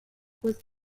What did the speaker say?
was